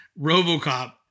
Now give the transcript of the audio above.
RoboCop